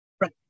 Right